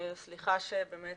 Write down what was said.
סליחה באמת